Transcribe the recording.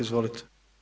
Izvolite.